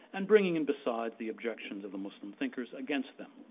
and bringing in beside the objections of the muslim thinkers against them.